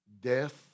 death